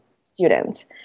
students